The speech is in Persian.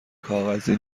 کاغذی